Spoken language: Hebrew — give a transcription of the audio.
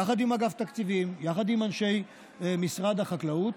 יחד עם אגף התקציבים, יחד עם אנשי משרד החקלאות.